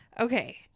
Okay